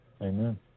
Amen